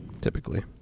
Typically